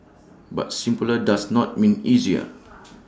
but simpler does not mean easier